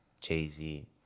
Jay-Z